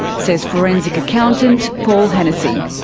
says forensic accountant, paul hennessy.